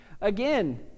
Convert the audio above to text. Again